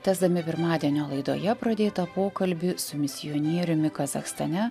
tęsdami pirmadienio laidoje pradėtą pokalbį su misionieriumi kazachstane